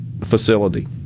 facility